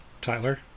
Tyler